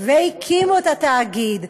והקימו את התאגיד,